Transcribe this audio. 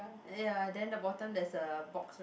ya then the bottom there's a box